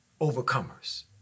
overcomers